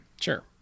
Sure